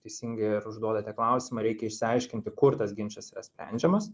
teisingai ir užduodate klausimą reikia išsiaiškinti kur tas ginčas yra sprendžiamas